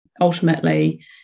ultimately